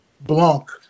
Blanc